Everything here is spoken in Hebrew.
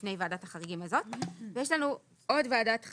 לפני ועדת החריגים הזאת, ויש לנו עוד ועדת חריגים,